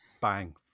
Bang